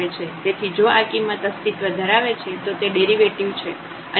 તેથી જો આ કિંમત અસ્તિત્વ ધરાવે છે તો તે ડેરિવેટિવ છે અને તેની કિંમત તે લિમિટ જેટલી જ છે